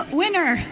winner